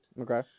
Okay